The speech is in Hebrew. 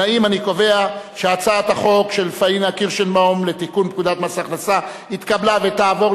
ההצעה להעביר את הצעת חוק לתיקון פקודת מס הכנסה (פטור ממס בגין